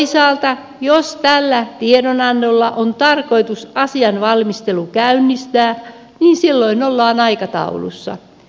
toisaalta jos tällä tiedonannolla on tarkoitus asian valmistelu käynnistää niin silloin ollaan aikataulussa